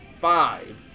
five